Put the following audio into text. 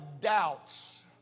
doubts